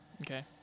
Okay